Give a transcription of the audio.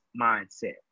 mindset